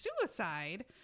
suicide